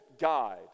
guide